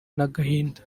n’agahinda